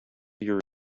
your